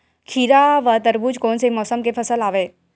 खीरा व तरबुज कोन से मौसम के फसल आवेय?